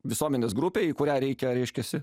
visuomenės grupė į kurią reikia reiškiasi